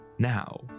Now